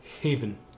Haven